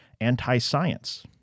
anti-science